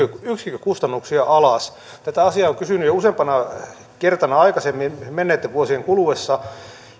yksikkökustannuksia alas tätä asiaa olen kysynyt jo useampana kertana aikaisemmin menneitten vuosien kuluessa